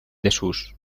desús